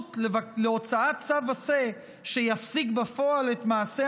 הסמכות להוצאת צו עשה שיפסיק בפועל את מעשי